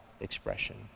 expression